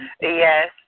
Yes